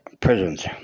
prisons